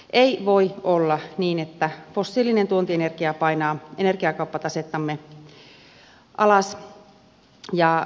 ei voi olla niin että fossiilinen tuontienergia painaa energiakauppatasettamme alas